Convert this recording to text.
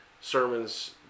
sermons